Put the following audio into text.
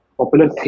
popular